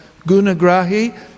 gunagrahi